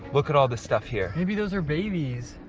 look at all the stuff here. maybe those are babies.